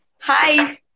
hi